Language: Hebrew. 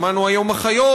שמענו היום אחיות,